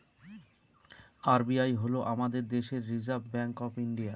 RBI হল আমাদের দেশের রিসার্ভ ব্যাঙ্ক অফ ইন্ডিয়া